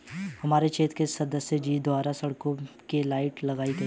हमारे क्षेत्र में संसद जी द्वारा सड़कों के लाइट लगाई गई